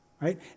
right